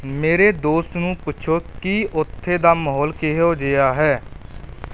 ਮੇਰੇ ਦੋਸਤ ਨੂੰ ਪੁੱਛੋ ਕਿ ਉੱਥੇ ਦਾ ਮਾਹੌਲ ਕਿਹੋ ਜਿਹਾ ਹੈ